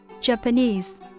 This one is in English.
Japanese